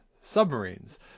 submarines